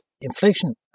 inflation